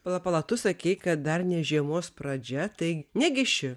pala pala tu sakei kad dar ne žiemos pradžia tai negi ši